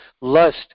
Lust